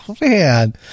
Man